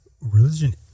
religion